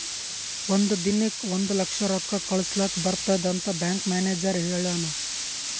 ಒಂದ್ ದಿನಕ್ ಒಂದ್ ಲಕ್ಷ ರೊಕ್ಕಾ ಕಳುಸ್ಲಕ್ ಬರ್ತುದ್ ಅಂತ್ ಬ್ಯಾಂಕ್ ಮ್ಯಾನೇಜರ್ ಹೆಳುನ್